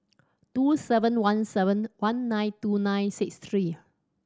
two seven one seven one nine two nine six three